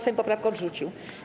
Sejm poprawki odrzucił.